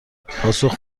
پاسخ